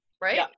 right